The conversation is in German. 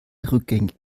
rückgängig